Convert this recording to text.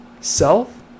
self